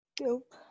Nope